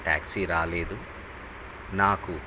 taxi రాలేదు నాకు